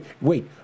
Wait